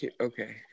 okay